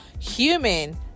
human